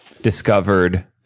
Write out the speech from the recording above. discovered